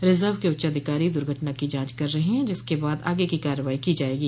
reserve के उच्चाधिकारी दुर्घटना की जाँच कर रहे हैं जिसके बाद आगे की कार्रवाई की जायेगी